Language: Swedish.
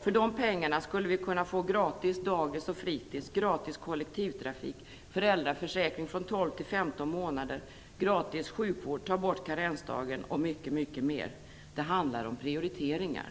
För dessa pengar skulle vi kunna få gratis dagis och fritids, gratis kollektivtrafik, föräldraförsäkring från 12 till 15 månader och gratis sjukvård, dessutom skulle vi kunna ta bort karensdagen och mycket mer. Det handlar om prioriteringar.